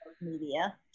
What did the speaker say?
media